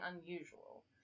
unusual